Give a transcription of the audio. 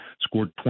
scored